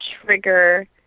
trigger